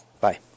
bye